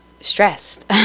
stressed